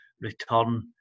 return